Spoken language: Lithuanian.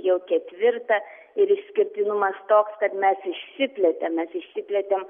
jau ketvirtą ir išskirtinumas toks kad mes išsiplėtėme išsiplėtė